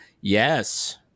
Yes